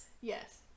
Yes